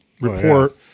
report-